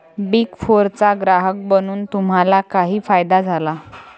Big फोरचा ग्राहक बनून तुम्हाला काही फायदा झाला?